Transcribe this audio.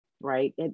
right